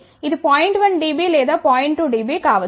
1 dB లేదా 0